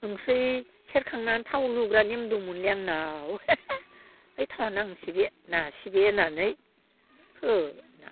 ओंख्रै सेरखांना थाव लुग्रा नेम दंमोनलै आंनाव ऐ थावआ नांसै दे नाङासै दे होननानै होयोमोन आं